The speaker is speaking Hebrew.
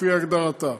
לפי הגדרתה,